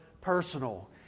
personal